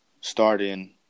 starting